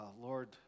Lord